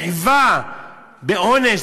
מחווה בעונש,